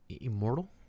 immortal